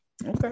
Okay